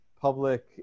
public